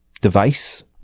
device